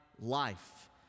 life